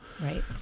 Right